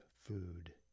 food